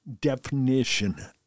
definition